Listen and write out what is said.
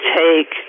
take